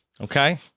Okay